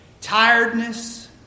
tiredness